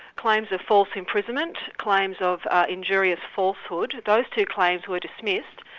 claims of false imprisonment, claims of injurious falsehood those two claims were dismissed,